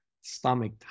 stomach